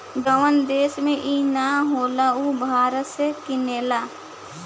जवन देश में ई ना होला उ भारत से किनेला